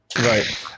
Right